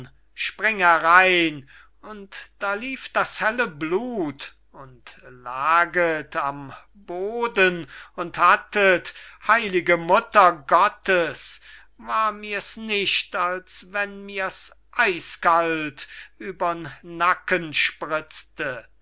spring herein und da lief das helle blut und laget am boden und hattet heilige mutter gottes war mir's nicht als wenn mir ein kübel eiskalt wasser übern nacken sprizte